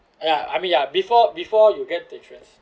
ya I mean ya before before you get the insurance